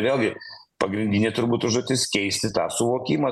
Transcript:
vėlgi pagrindinė turbūt užduotis keisti tą suvokimą